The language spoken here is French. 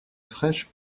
fraîche